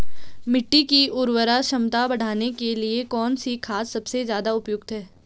मिट्टी की उर्वरा क्षमता बढ़ाने के लिए कौन सी खाद सबसे ज़्यादा उपयुक्त है?